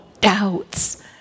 doubts